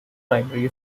primary